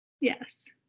yes